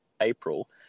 April